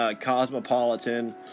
cosmopolitan